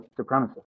supremacists